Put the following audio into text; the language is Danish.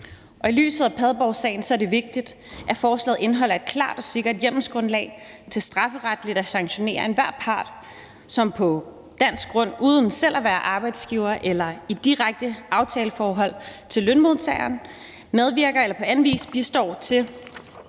I lyset af Padborgsagen er det vigtigt, at forslaget indeholder et klart og sikkert hjemmelsgrundlag til strafferetligt at sanktionere enhver part, som på dansk grund uden selv at være arbejdsgiver eller være i et direkte aftaleforhold til lønmodtagere medvirker eller på anden vis bistår til